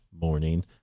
morning